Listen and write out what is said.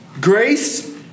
grace